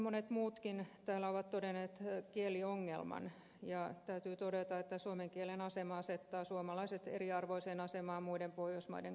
monet muutkin täällä ovat todenneet kieliongelman ja täytyy todeta että suomen kielen asema asettaa suomalaiset eriarvoiseen asemaan muiden pohjoismaiden kanssa